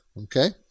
Okay